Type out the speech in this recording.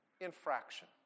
infraction